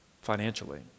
financially